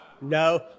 no